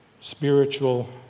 spiritual